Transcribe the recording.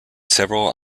several